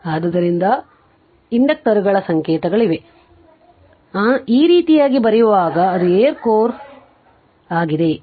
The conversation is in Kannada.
ಆದ್ದರಿಂದ ಇದು ನಿಮ್ಮ ಇಂಡಕ್ಟರುಗಳ ಸಂಕೇತಗಳಾಗಿವೆ ಆದ್ದರಿಂದ ಈ ರೀತಿಯಾಗಿ ಬರೆಯುವಾಗ ಅದು ಏರ್ ಕೋರ್ ಆಗಿದೆ